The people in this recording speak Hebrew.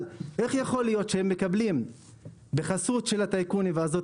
איך יכול להיות שבחסות הטייקונים ואסדות